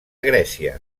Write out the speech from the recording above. grècia